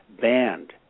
banned